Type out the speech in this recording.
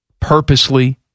purposely